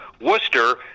Worcester